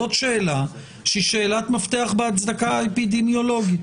זאת שאלה שהיא שאלת מפתח בהצדקה האפידמיולוגית.